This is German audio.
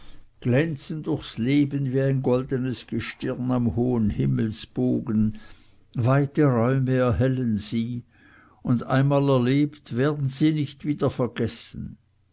glänzen durchs leben wie ein goldenes gestirn am hohen himmelsbogen weite räume erhellen sie und einmal erlebt werden sie nicht wieder vergessen